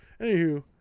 Anywho